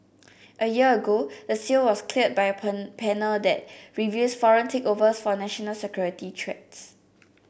a year ago the sale was cleared by a pan panel that reviews foreign takeovers for national security threats